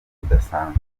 budasanzwe